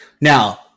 now